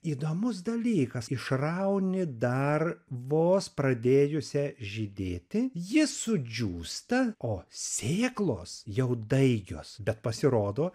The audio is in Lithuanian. įdomus dalykas išrauni dar vos pradėjusią žydėti ji sudžiūsta o sėklos jau daigios bet pasirodo